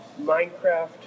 Minecraft